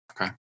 okay